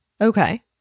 okay